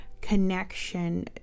connection